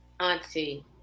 Auntie